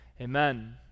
Amen